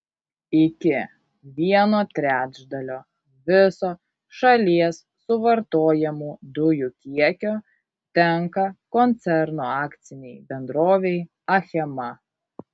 iki vieno trečdalio viso šalies suvartojamų dujų kiekio tenka koncerno akcinei bendrovei achema